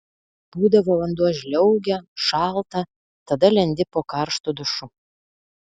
būdavo vanduo žliaugia šalta tada lendi po karštu dušu